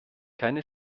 keine